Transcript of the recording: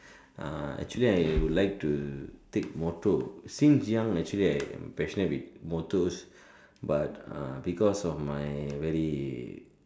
uh actually I would like to take motor since young actually I actually I'm motors but uh because of my very